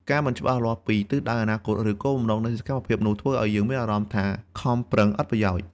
ការមិនច្បាស់លាស់ពីទិសដៅអនាគត ឬគោលបំណងនៃសកម្មភាពនោះ ធ្វើឲ្យយើងមានអារម្មណ៍ថាខំប្រឹងឥតប្រយោជន៍។